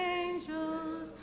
angels